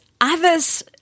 others